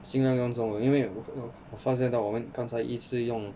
是因为刚才我们因为我我发现到我们刚才一直